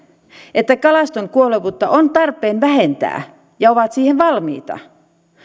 että kalaston kuolevuutta on tarpeen vähentää ja he ovat siihen valmiita